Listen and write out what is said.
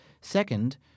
Second